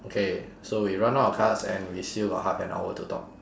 okay so we run out of cards and we still got half an hour to talk